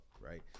right